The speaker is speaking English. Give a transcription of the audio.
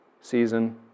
season